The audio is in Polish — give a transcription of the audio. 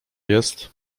jest